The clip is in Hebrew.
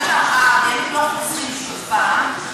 וזה שהעבריינים לא חוזרים שוב פעם.